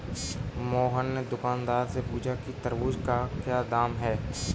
मोहन ने दुकानदार से पूछा कि तरबूज़ का क्या दाम है?